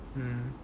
mm